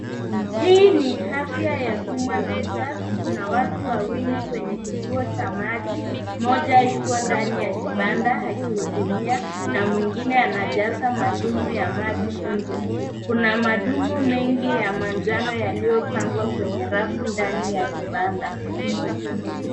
Hii ni afya ya umma na usafi. Kuna watu wawili kwenye kituo cha maji. Mmoja yuko ndani ya kibanda akihudumia na mwingine anajaza madumu ya maji nje. Kuna madumu mengi ya manjano yaliyopangwa kwenye rafu ndani ya kibanda.